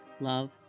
Love